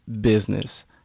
business